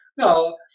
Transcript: No